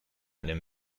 ein